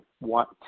want